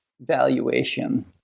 valuation